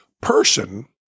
person